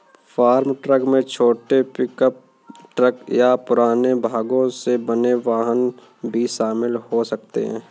farm truck में छोटे pickup truck या पुराने भागों से बने वाहन भी शामिल हो सकते हैं